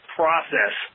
process